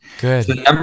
good